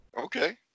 Okay